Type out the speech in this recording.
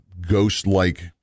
ghost-like